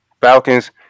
Falcons